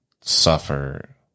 suffer